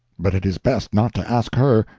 but it is best not to ask her,